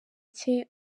cye